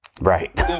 right